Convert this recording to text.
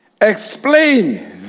Explain